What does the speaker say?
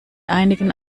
einigen